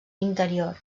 interior